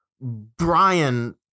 Brian